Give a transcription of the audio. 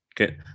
Okay